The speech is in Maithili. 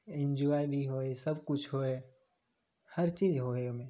एन्जॉय भी होइ सबकिछु होइ हर चीज होइ